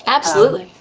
absolutely,